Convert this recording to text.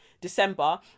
december